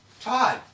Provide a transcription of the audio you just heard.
Todd